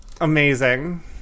amazing